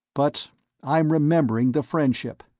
but i'm remembering the friendship.